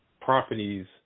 properties